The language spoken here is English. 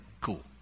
cool